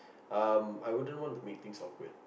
um I wouldn't want to make things awkward